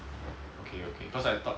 okay okay cause I thought